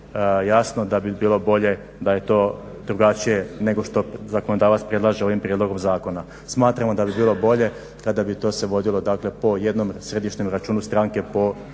jasno da bi bilo bolje da je to drugačije nego što to zakonodavac predlaže ovim prijedlog zakona. Smatramo da bilo bolje kada bi to se vodilo dakle po jednom središnjem računu stranke